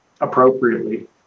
appropriately